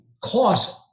closet